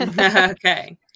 Okay